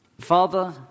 Father